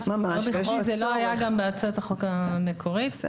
זה לא היה גם בהצעת החוק המקורית.